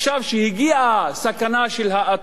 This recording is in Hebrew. כשהגיעה סכנה של האטה,